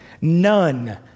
none